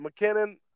McKinnon